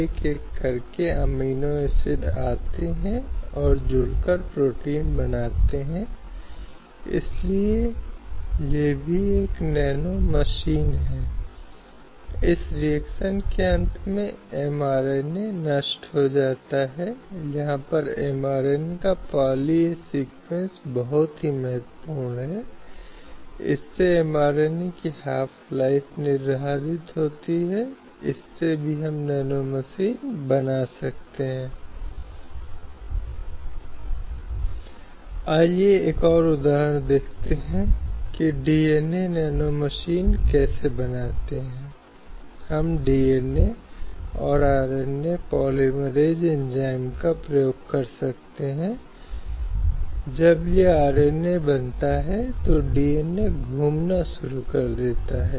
एक याचिका दायर की गई है जो सर्वोच्च न्यायालय में है और इस पर बहस चल रही है जिसमें यह माना गया है कि ट्रिपल तलाक कहीं न कहीं महिलाओं के कारण भेदभावपूर्ण है क्योंकि 100 और 1000 महिलाएं हैं जो एक हैं उस धर्म का हिस्सा और पति द्वारा ट्रिपल तलाक के उच्चारण के अधीन है और उन्हें खुद पर छोड़ दिया गया है और इन महिलाओं को किसी भी आर्थिक संसाधन आदि के अभाव में अपने लिए और अपने बच्चों के लिए उनके लिए उनके जीवन के लिए और उनकी भलाई के लिए एक गंभीर समस्या पैदा करने के लिए छोड़ दिया जाता है